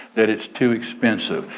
that it's too expensive,